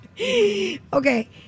Okay